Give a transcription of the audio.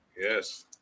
Yes